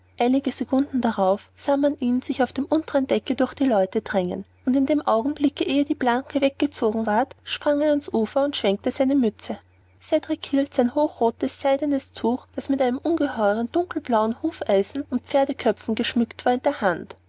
sekunden darauf sah man ihn sich auf dem unteren decke durch die leute drängen und in dem augenblicke ehe die planke weggezogen ward sprang er ans ufer und schwenkte seine mütze cedrik hielt sein hochrotes seidenes tuch das mit ungeheuern dunkelblauen hufeisen und pferdeköpfen geschmückt war in der hand